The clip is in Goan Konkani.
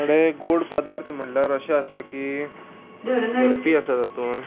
थोडे गोड पदार्थ म्हणल्यार अशें आसा की बर्फी आसा तातूंत